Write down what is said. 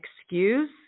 excuse